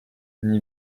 n’y